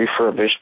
refurbished